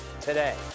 today